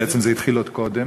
בעצם זה התחיל עוד קודם.